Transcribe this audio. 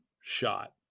shot